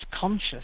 conscious